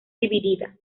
dividida